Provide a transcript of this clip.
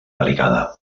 delicada